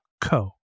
co